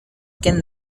can